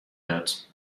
notes